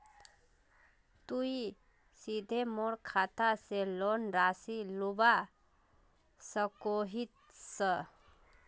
तुई सीधे मोर खाता से लोन राशि लुबा सकोहिस?